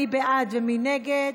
מי בעד ומי נגד?